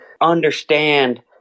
understand